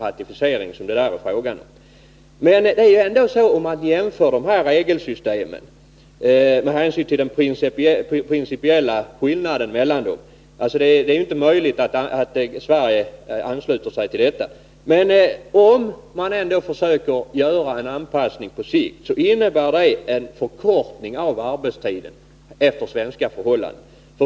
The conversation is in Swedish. Men om man jämför de här regelsystemen med hänsyn till den principiella skillnaden och ändå försöker göra en anpassning på sikt innebär det en förkortning av arbetstiderna i Sverige.